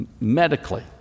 medically